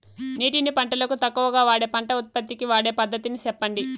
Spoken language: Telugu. నీటిని పంటలకు తక్కువగా వాడే పంట ఉత్పత్తికి వాడే పద్ధతిని సెప్పండి?